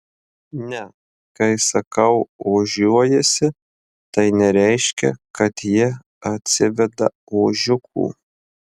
ne kai sakau ožiuojasi tai nereiškia kad ji atsiveda ožiukų